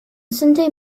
sunday